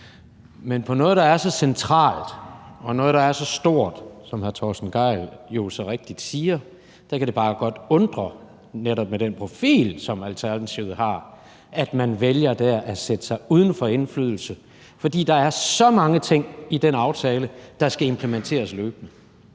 om noget, der er så centralt og så stort, som hr. Torsten Gejl så rigtigt siger, kan det godt bare undre, netop med den profil, som Alternativet har, at man vælger at sætte sig uden for indflydelse. For der er så mange ting i den aftale, der skal implementeres løbende,